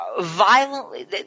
violently –